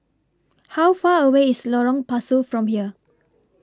How Far away IS Lorong Pasu from here